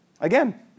Again